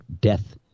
death